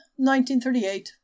1938